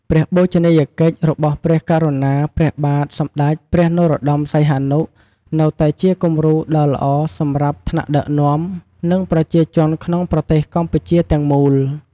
ព្រះរាជបូជនីយកិច្ចរបស់ព្រះករុណា ព្រះបាទសម្ដេចព្រះនរោត្ដម សីហនុ នៅតែជាគំរូដ៏ល្អសម្រាប់ថ្នាក់ដឹកនាំ និងប្រជាជនក្នុងប្រទេសកម្ពុជាទាំងមូល។